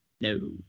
No